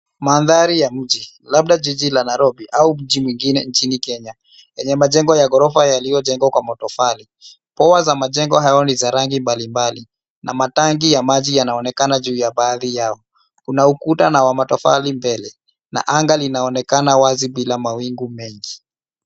Mandhari ya mji labda jiji la Nairobi au mjii mwingine nchini Kenya yenye majengo ya ghorofa yaliyojengwa kwa matofali. Paa za majengo hayo ni za rangi mbalimbali na matangi ya maji yanaonekana juu ya baadhi yao. Kuna ukuta na wamatofali mbele na anga linaonekana wazi bila mawingu mengi.